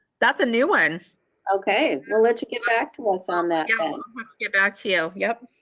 that's a new one okay i'll let you get back to us on that let's get back to you yep